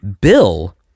Bill